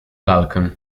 lalkę